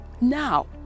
Now